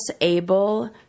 able